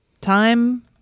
Time